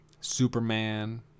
Superman